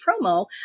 promo